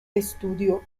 studio